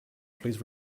please